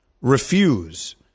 refuse